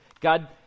God